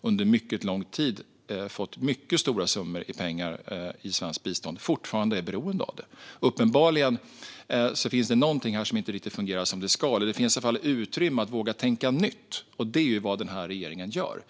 under mycket lång tid har fått mycket stora summor pengar i svenskt bistånd fortfarande är beroende av det? Uppenbarligen finns det någonting här som inte riktigt fungerar som det ska. Det finns åtminstone ett utrymme att våga tänka nytt, och det är vad den här regeringen gör.